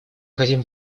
хотим